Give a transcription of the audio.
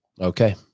Okay